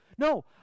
No